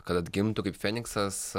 kad atgimtų kaip feniksas